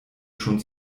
schon